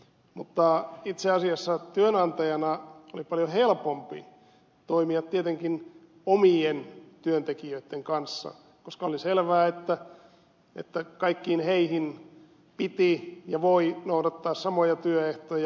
mutta itse asiassa työnantajana oli paljon helpompaa toimia tietenkin omien työntekijöitten kanssa koska oli selvää että kaikkiin heihin piti ja voi noudattaa samoja työehtoja